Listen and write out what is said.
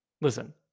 listen